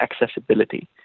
accessibility